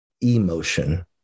emotion